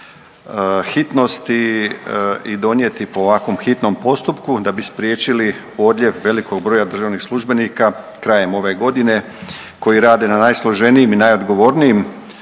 hitnosti i donijeti po ovakvom hitnom postupku da bi spriječili odljev velikog broja državnih službenika krajem ove godine koji rade na najsloženijim i najodgovornijim